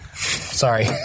Sorry